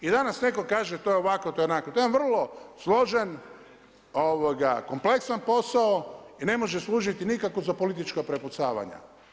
I danas netko kaže, to je ovako, to je onako, to je jedan vrlo složen kompleksan posao i ne može služiti nikako za politička prepucavanja.